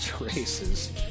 races